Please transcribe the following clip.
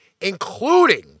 including